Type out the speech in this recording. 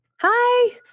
Hi